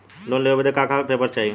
Loan लेवे बदे का का पेपर चाही?